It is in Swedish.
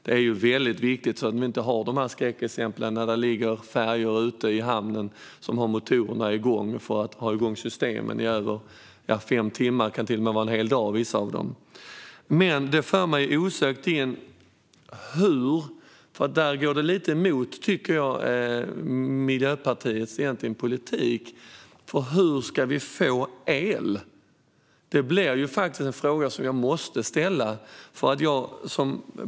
Det finns skräckexempel där färjor ligger i hamnen och har motorerna igång i över fem timmar för att ha systemen igång. Det kan till och med vara en hel dag i vissa fall. Men det för mig osökt in på hur vi ska få el. Där går detta egentligen lite emot Miljöpartiets politik, tycker jag. Hur ska vi få el? Det blir faktiskt en fråga som jag måste ställa.